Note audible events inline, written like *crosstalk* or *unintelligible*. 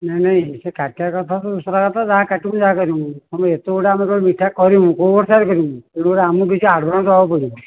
ନାଇଁ ନାଇଁ ସେ କାଟିବା କଥା ତ ଦୁସୁରା କଥା ଯାହା କାଟିବୁ ଯାହା କରିବୁ କିନ୍ତୁ ଏତେ ଗୁଡ଼ା ଆମେ *unintelligible* ମିଠା କରିବୁ କୋଉ ଭରସାରେ କରିବୁ ତେଣୁ ଗୋଟେ ଆମକୁ କିଛି ଆଡ଼ଭାନ୍ସ ଦେବାକୁ ପଡ଼ିବ